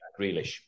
Grealish